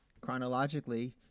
chronologically